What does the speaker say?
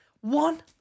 One